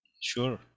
Sure